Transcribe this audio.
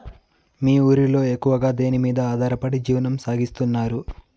మీ ఊరిలో ఎక్కువగా దేనిమీద ఆధారపడి జీవనం సాగిస్తున్నారు?